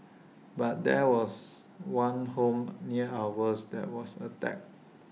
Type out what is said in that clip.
but there was one home near ours that was attacked